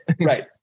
Right